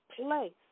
place